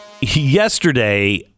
yesterday